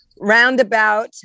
roundabout